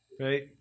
right